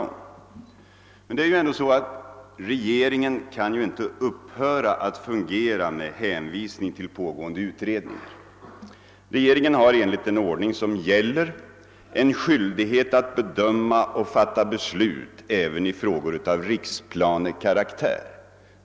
Men regeringen kan ju inte upphöra att fungera med hänvisning till pågående utredning. Regeringen har enligt den ordning som gäller skyldighet att bedöma och fatta beslut även i frågor av riksplanekaraktär.